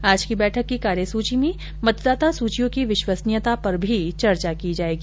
आज की बैठक की कार्यसूची में मतदाता सूचियों की विश्वसनीयता पर भी चर्चा की जाएगी